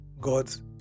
God's